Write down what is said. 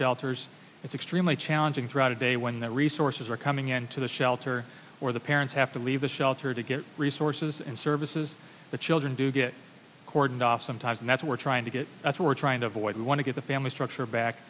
shelters it's extremely challenging throughout a day when the resources are coming into the shelter or the parents have to leave the shelter to get resources and services the children do get cordoned off sometimes and that's we're trying to get that's what we're trying to avoid we want to get the family structure